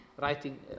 writing